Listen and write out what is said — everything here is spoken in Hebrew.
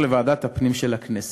ואת הסלפיה בכל העולם זה האינטרנט.